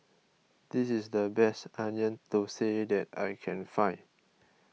this is the best Onion Thosai that I can find